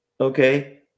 Okay